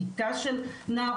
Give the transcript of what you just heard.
כיתה של נער,